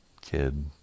kid